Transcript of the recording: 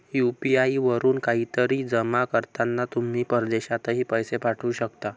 UPI वरून काहीतरी जमा करताना तुम्ही परदेशातही पैसे पाठवू शकता